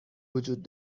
وجود